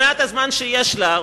במעט הזמן שיש לה,